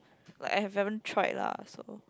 like I have haven't tried lah so